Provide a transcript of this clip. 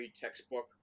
textbook